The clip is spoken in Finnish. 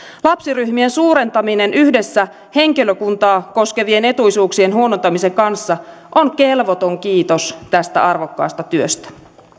lapsiryhmien suurentaminen yhdessä henkilökuntaa koskevien etuisuuksien huonontamisen kanssa on kelvoton kiitos tästä arvokkaasta työstä